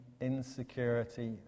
insecurity